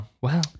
Wow